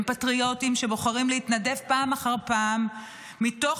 הם פטריוטים שבוחרים להתנדב פעם אחר פעם מתוך